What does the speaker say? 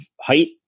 height